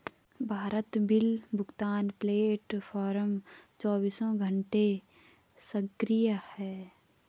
Bharat bill भुगतान platform चौबीसों घंटे सक्रिय है